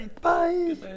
Bye